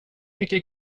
mycket